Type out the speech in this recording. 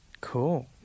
cool